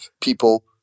people